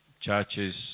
churches